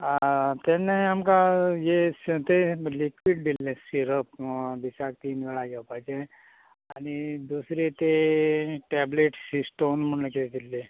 आं तेन्नाय आमकां हे ते लिक्विड दिल्लें सिरप दिसाक तीन वेळां घेवपाचें आनी दुसरें तें टेब्लेट सिस्टोन म्हण दिल्ले